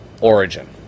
origin